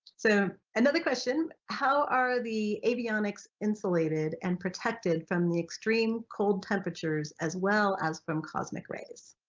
so another question how are the avionics insulated and protected from the extreme cold temperatures as well as from cosmic rays?